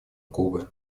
кубы